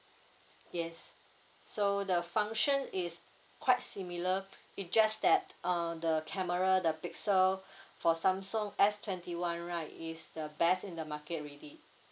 yes so the function is quite similar it just that err the camera the pixel for samsung S twenty one right is the best in the market already